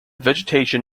vegetation